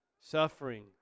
suffering